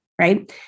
Right